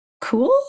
Cool